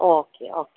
okay okay